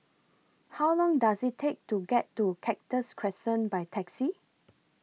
How Long Does IT Take to get to Cactus Crescent By Taxi